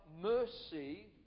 mercy